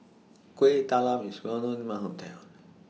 Kueh Talam IS Well known in My Hometown